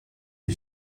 est